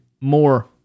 more